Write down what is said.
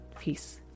peace